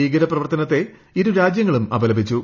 ഭീകര പ്രവർത്തനത്തെ ഇരു രാജ്യങ്ങളും അപലപിച്ചു